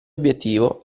obiettivo